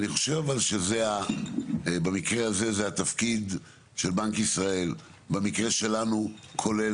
אבל אני חושב שבמקרה הזה זה התפקיד של בנק ישראל ביחד עם